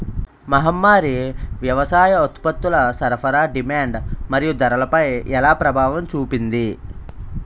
మహమ్మారి వ్యవసాయ ఉత్పత్తుల సరఫరా డిమాండ్ మరియు ధరలపై ఎలా ప్రభావం చూపింది?